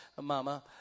mama